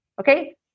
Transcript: okay